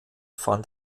fand